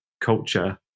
culture